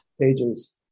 Pages